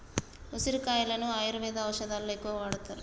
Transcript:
ఉసిరికాయలను ఆయుర్వేద ఔషదాలలో ఎక్కువగా వాడుతారు